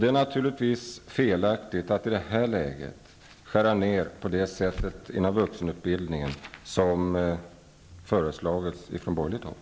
Naturligtvis är det fel att i det här läget skära ned på det sätt inom vuxenutbildningen som föreslagits från borgerligt håll.